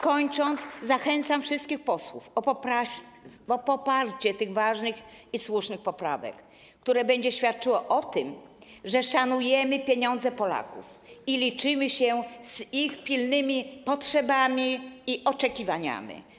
Kończąc, zachęcam wszystkich posłów do poparcia tych ważnych i słusznych poprawek, które będzie świadczyło o tym, że szanujemy pieniądze Polaków i liczymy się z ich pilnymi potrzebami i oczekiwaniami.